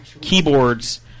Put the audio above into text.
keyboards